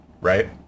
right